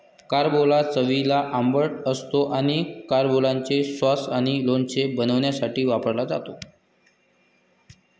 carambola चवीला आंबट असतो आणि कॅरंबोलाचे सॉस आणि लोणचे बनवण्यासाठी वापरला जातो